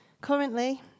Currently